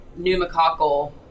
pneumococcal